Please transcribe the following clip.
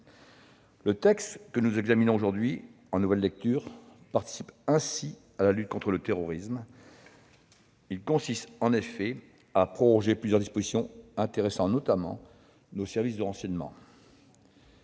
Le texte que nous examinons aujourd'hui en nouvelle lecture participe ainsi à la lutte contre le terrorisme. Il consiste en effet à proroger plusieurs dispositions, intéressant notamment nos services de renseignement.